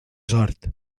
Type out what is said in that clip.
sort